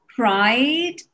pride